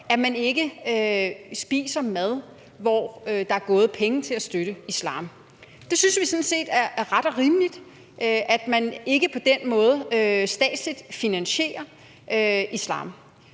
andet, ikke spiser mad, hvor der er gået penge til at støtte islam. Vi synes sådan set, det er ret og rimeligt, at man ikke på den måde statsligt finansierer islam.